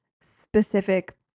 specific